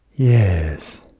Yes